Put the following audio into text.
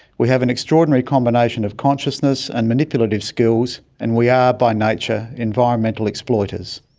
we have an extraordinary combination of consciousness and manipulative skills, and we are by nature environmental exploiters.